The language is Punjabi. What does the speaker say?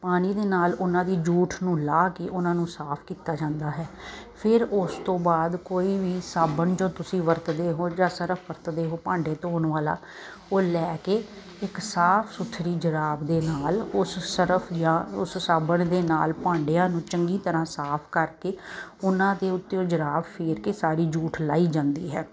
ਪਾਣੀ ਦੇ ਨਾਲ ਉਹਨਾਂ ਦੀ ਜੂਠ ਨੂੰ ਲਾਹ ਕੇ ਉਹਨਾਂ ਨੂੰ ਸਾਫ ਕੀਤਾ ਜਾਂਦਾ ਹੈ ਫਿਰ ਉਸ ਤੋਂ ਬਾਅਦ ਕੋਈ ਵੀ ਸਾਬਣ ਜੋ ਤੁਸੀਂ ਵਰਤਦੇ ਹੋ ਜਾਂ ਸਰਫ ਵਰਤਦੇ ਹੋ ਭਾਂਡੇ ਧੋਣ ਵਾਲਾ ਉਹ ਲੈ ਕੇ ਇੱਕ ਸਾਫ ਸੁਥਰੀ ਜੁਰਾਬ ਦੇ ਨਾਲ ਉਸ ਸਰਫ ਜਾਂ ਉਸ ਸਾਬਣ ਦੇ ਨਾਲ ਭਾਂਡਿਆਂ ਨੂੰ ਚੰਗੀ ਤਰ੍ਹਾਂ ਸਾਫ ਕਰਕੇ ਉਹਨਾਂ ਦੇ ਉੱਤੇ ਉਹ ਜੁਰਾਬ ਫੇਰ ਕੇ ਸਾਰੀ ਜੂਠ ਲਾਹੀ ਜਾਂਦੀ ਹੈ